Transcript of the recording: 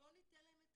בואו ניתן להם את